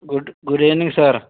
good good evening sir